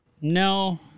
no